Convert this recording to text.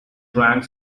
drank